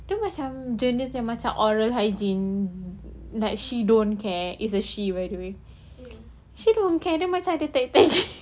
dia macam jenis yang macam oral hygiene like she don't care it's a she by the way she don't care dia macam ada tahi tahi